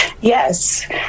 Yes